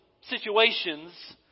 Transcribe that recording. situations